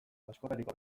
askotariko